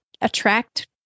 attract